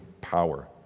power